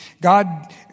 God